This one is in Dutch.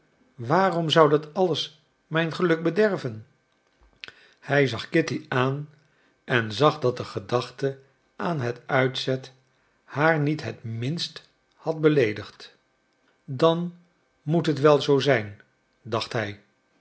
waarom zou dat alles mijn geluk bederven hij zag kitty aan en zag dat de gedachte aan het uitzet haar niet het minst had beleedigd dan moet het wel zoo zijn dacht hij